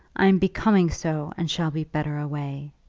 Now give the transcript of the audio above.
i am becoming so, and shall be better away.